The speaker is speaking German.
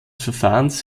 verfahrens